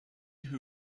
who